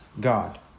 God